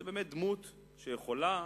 הוא באמת דמות שיכולה,